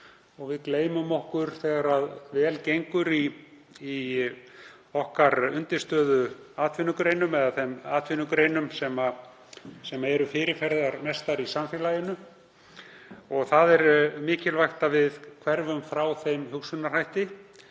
og við gleymum okkur þegar vel gengur í undirstöðuatvinnugreinum okkar eða þeim atvinnugreinum sem eru fyrirferðarmestar í samfélaginu. Það er mikilvægt að við hverfum frá þeim hugsunarhætti